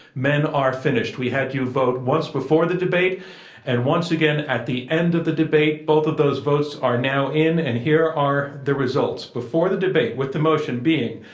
men are finished. we had you vote once before the debate and once again at the end of the debate. both of those votes are now in. and here are the results. before the debate, with the motion being,